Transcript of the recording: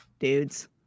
Dudes